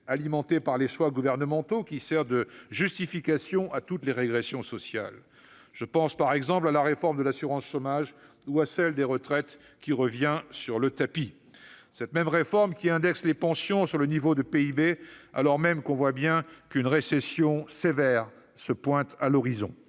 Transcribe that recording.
alimentée par les choix gouvernementaux, sert de justification à toutes les régressions sociales. Je pense par exemple à la réforme de l'assurance chômage ou à celle des retraites, qui revient sur le tapis. C'est cette même réforme qui indexe les pensions sur le niveau du PIB, alors même qu'on voit bien qu'une récession sévère pointe à l'horizon